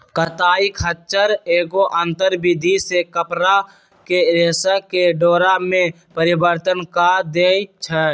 कताई खच्चर एगो आंतर विधि से कपरा के रेशा के डोरा में परिवर्तन कऽ देइ छइ